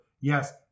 yes